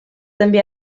també